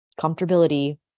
comfortability